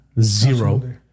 Zero